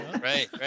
right